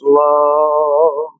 love